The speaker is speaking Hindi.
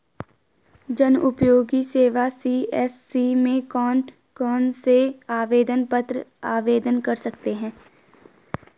जनउपयोगी सेवा सी.एस.सी में कौन कौनसे आवेदन पत्र आवेदन कर सकते हैं?